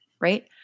right